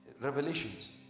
Revelations